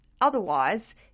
otherwise